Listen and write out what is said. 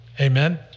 Amen